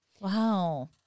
Wow